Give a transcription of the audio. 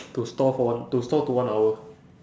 to stall for one to stall to one hour